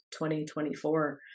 2024